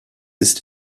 ist